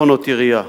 מכונות ירייה.